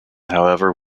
however